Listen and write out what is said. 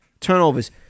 Turnovers